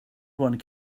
one